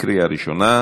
לקריאה ראשונה.